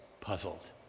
puzzled